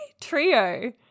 Trio